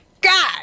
God